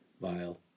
vile